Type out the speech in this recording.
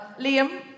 Liam